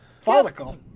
Follicle